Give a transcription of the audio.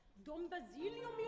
don basilio?